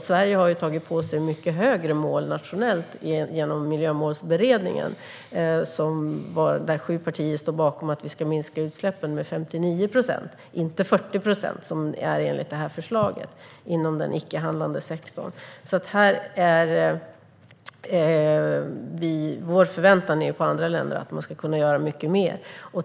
Sverige har satt upp mycket högre mål nationellt genom Miljömålsberedningen, där sju partier står bakom att vi inom den icke-handlande sektorn ska minska utsläppen med 59 procent - inte 40 procent som i förslaget. Vår förväntan på andra länder är alltså att de ska göra mycket mer.